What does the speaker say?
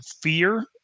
fear